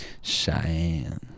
Cheyenne